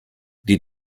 die